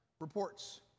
reports